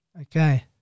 Okay